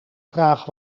vraag